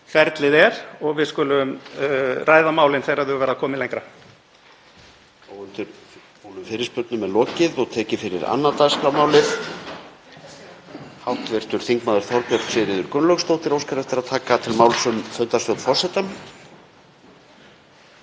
ferlið er og við skulum ræða málin þegar þau verða komin lengra.